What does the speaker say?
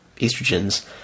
estrogens